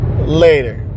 later